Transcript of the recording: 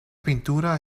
pintura